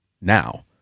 now